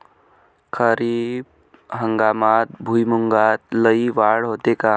खरीप हंगामात भुईमूगात लई वाढ होते का?